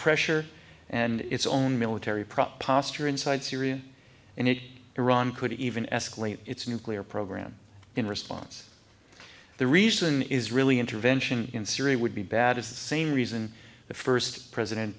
pressure and its own military prop posture inside syria and it iran could even escalate its nuclear program in response the reason is really intervention in syria would be bad is the same reason the first president